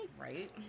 Right